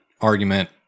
argument